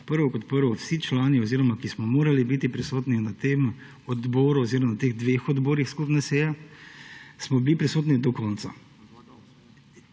Prvo kot prvo: vsi člani, ki smo morali biti prisotni na tem odboru oziroma na skupni seji teh dveh odborih, smo bili prisotni do konca